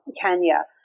Kenya